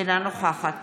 אינה נוכחת